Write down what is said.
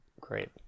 great